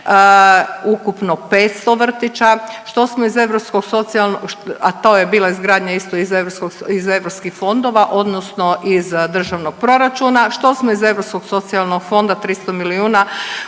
ukupno 500 vrtića, što smo iz Europskog socijalnog, a to je bila izgradnja isto iz europskog, iz europskih fondova odnosno iz državnog proračuna, što smo iz Europskog socijalnog fonda 300 milijuna